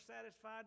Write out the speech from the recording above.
satisfied